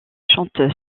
chante